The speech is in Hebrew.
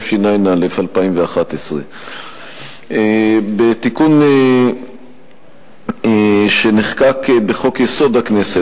התשע"א 2011. בתיקון שנחקק בחוק-יסוד: הכנסת,